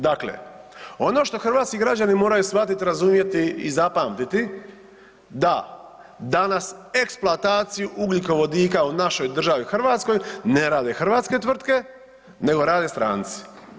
Dakle ono što hrvatski građani moraju shvatiti, razumjeti i zapamtiti da danas eksploataciju ugljikovodika u našoj državi Hrvatskoj ne rade hrvatske tvrtke nego rade stranci.